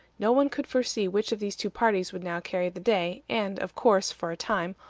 no one could foresee which of these two parties would now carry the day, and, of course, for a time,